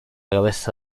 cabeza